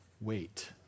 Wait